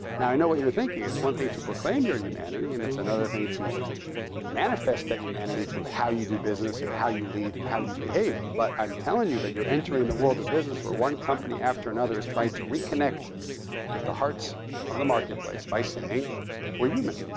now i know what you're thinking. it's one thing to proclaim your humanity and it's another thing to manifest that humanity through how you do business, and how you lead, and how you behave. but i'm telling you that you're entering the world of business where one company after another has tried to reconnect with the hearts of the marketplace by saying we're human.